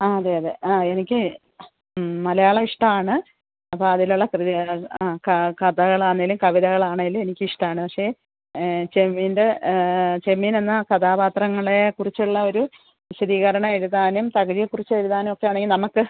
ആ അതെ അതെ ആ എനിക്ക് മലയാളം ഇഷ്ടമാണ് അപ്പോള് അതിലുള്ള കൃതികള് ആ കഥകളാന്നേലും കവിതകളാണേലും എനിക്കിഷ്ടമാണ് പക്ഷേ ചെമ്മീൻ്റെ ചെമ്മീനെന്ന കഥാപാത്രങ്ങളെ കുറിച്ചുള്ള ഒരു വിശദീകരണം എഴുതാനും തകഴിയെ കുറിച്ചെഴുതാനും ഒക്കെയാണേ നമ്മള്ക്ക്